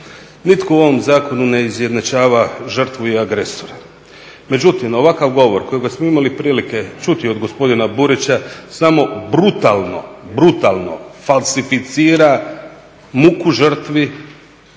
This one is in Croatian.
Nitko u ovome zakonu ne izjednačava žrtvu i agresora, međutim ovakav govor koji smo imali prilike čuti od gospodina Burića samo brutalno, brutalno falsificira muku žrtvi